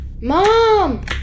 Mom